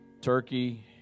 turkey